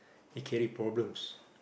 they carry problems